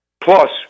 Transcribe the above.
plus